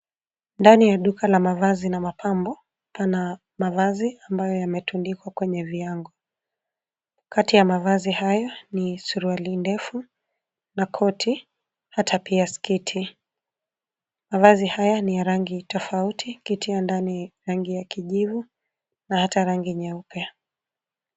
Ndani ya duka la mavazi na mapambo pana mavazi ambayo yametundikwa kwenye viango. Kati ya mavazi haya ni suruali ndefu na koti hata pia sketi. Mavazi haya ni ya rangi tofauti ikitia ndani rangi ya kijivu na hata rangi nyeupe